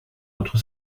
notre